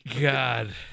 God